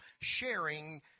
sharing